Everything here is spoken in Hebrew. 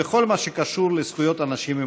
לכבוד היום הבין-לאומי לשוויון זכויות לאנשים עם